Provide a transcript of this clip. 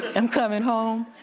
i'm coming home.